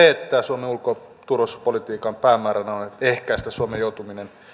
että suomen ulko ja turvallisuuspolitiikan päämääränä on ehkäistä suomen joutuminen